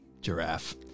giraffe